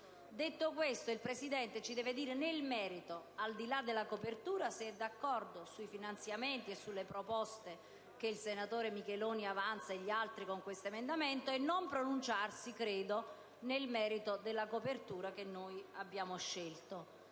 detto, il presidente Tofani deve dirci nel merito, al di là della copertura, se è d'accordo sui finanziamenti e sulle proposte che il senatore Micheloni e gli altri firmatari avanzano con questo emendamento, e non pronunciarsi nel merito della copertura che noi abbiamo scelto.